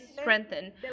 strengthen